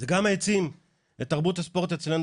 זה גם העצים את תרבות הספורט אצלנו